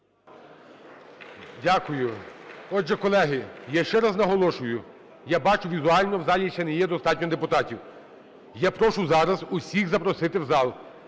Дякую. Отже, колеги, я ще раз наголошую, я бачу візуально: в залі ще не є достатньо депутатів. Я прошу зараз всіх запросити в зал,